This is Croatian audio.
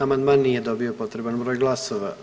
Amandman nije dobio potreban broj glasova.